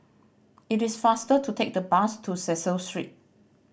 it is faster to take the bus to Cecil Street